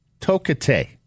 Tokate